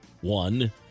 one